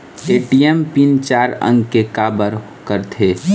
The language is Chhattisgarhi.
ए.टी.एम पिन चार अंक के का बर करथे?